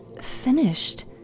finished